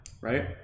right